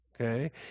okay